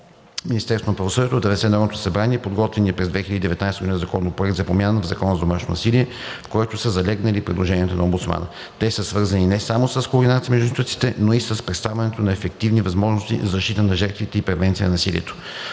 внесе в Народното събрание подготвения през 2019 г. Законопроект за промени в Закона за домашното насилие, в който са залегнали и предложения на омбудсмана. Те са свързани не само с координацията между институциите, но и с предоставянето на ефективни възможности за защита на жертвите и превенция на насилието.